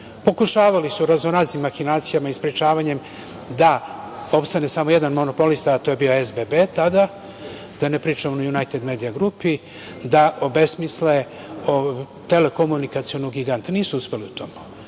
putem. Pokušavali su raznoraznim mahinacijama i sprečavanjem da opstane samo jedan monopolista, a to je bio SBB, tada, da ne pričam o Junajted medija grupi, da obesmisle telekomunikacionog giganta i nisu uspeli u tome